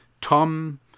Tom